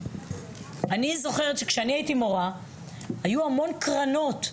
אני זוכרת שכשאני הייתי מורה היו המון קרנות.